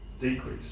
decrease